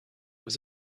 was